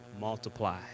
multiply